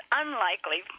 unlikely